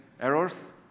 errors